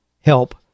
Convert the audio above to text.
help